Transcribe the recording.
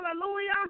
hallelujah